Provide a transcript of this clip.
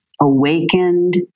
awakened